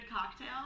cocktail